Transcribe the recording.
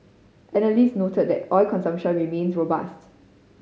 analysts noted that oil consumption remains robust